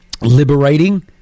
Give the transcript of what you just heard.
liberating